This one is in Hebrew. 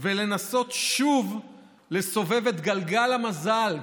ולנסות שוב לסובב את גלגל המזל,